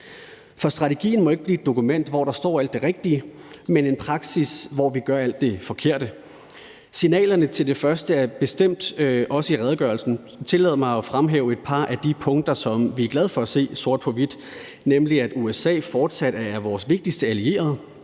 For strategien må ikke blive et dokument, hvor der står alt det rigtige, mens vi i praksis gør alt det forkerte. Signalerne til det første er bestemt også til stede i redegørelsen. Tillad mig at fremhæve et par af de punkter, som vi er glade for at se sort på hvidt. Det er bl.a., at USA fortsat er vores vigtigste allierede,